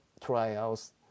trials